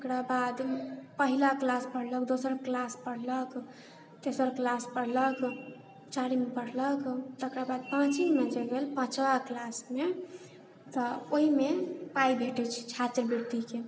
तकरा बाद पहिला क्लास पढ़लक दोसर क्लास पढ़लक तेसर क्लास पढ़लक चारिम पढ़लक तकर बाद पाँचममे जे गेल पचमा क्लासमे तऽ ओहिमे पाइ भेटै छै छात्रवृतिके